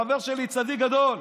חבר שלי צדיק גדול.